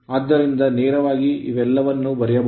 ಆದ್ದರಿಂದ ನೇರವಾಗಿ ಇವೆಲ್ಲವನ್ನು ಬರೆಯಬಹುದು